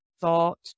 thought